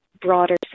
broader